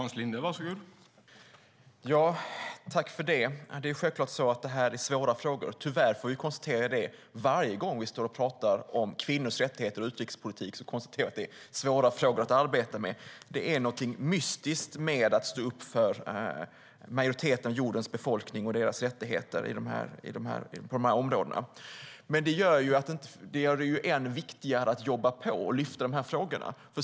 Herr talman! Tack för det! Detta är självklart svåra frågor. Tyvärr får vi konstatera det varje gång vi står och pratar om kvinnors rättigheter och utrikespolitik. Då konstaterar vi att det är svåra frågor att arbeta med. Det är något mystiskt med att stå upp för majoriteten av jordens befolkning och deras rättigheter på de här områdena. Men det gör det än viktigare att jobba på och lyfta upp de här frågorna.